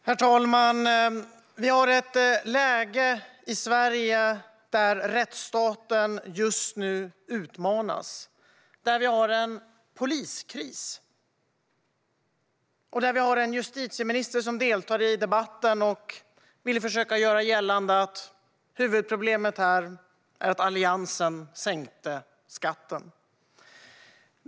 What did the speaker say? Herr talman! Vi har just nu ett läge i Sverige där rättsstaten utmanas. Vi har en poliskris, och vi har en justitieminister som deltar i debatten och vill försöka göra gällande att huvudproblemet är att Alliansen sänkte skatten.